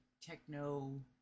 techno